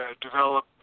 develop